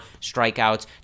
strikeouts